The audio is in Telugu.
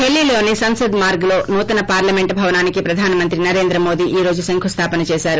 డిల్లీలోని సంసద్ మార్గ్ లో నూతన పార్లమెంట్ భవనానికి ప్రధానమంత్రి నరేంద్ర మోడీ ఈ రోజు శంఖుస్తాపన చేశారు